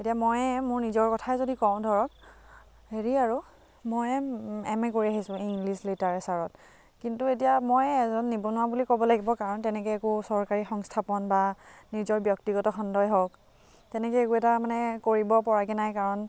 এতিয়া ময়েই মোৰ নিজৰ কথাই যদি কওঁ ধৰক হেৰি আৰু ময়ে এম এ কৰি আহিছোঁ ইংলিছ লিটাৰেচাৰত কিন্তু এতিয়া মই এজন নিবনুৱা বুলি ক'ব লাগিব কাৰণ তেনেকৈ একো চৰকাৰী সংস্থাপন বা নিজৰ ব্যক্তিগত খণ্ডই হওঁক তেনেকৈ একো এটা মানে কৰিব পৰাগৈ নাই কাৰণ